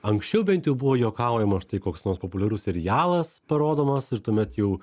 anksčiau bent jau buvo juokaujama štai koks nors populiarus serialas parodomas ir tuomet jau